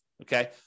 Okay